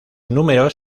números